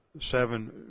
seven